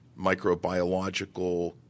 microbiological